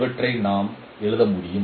இவற்றை நான் எழுத முடியும்